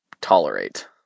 tolerate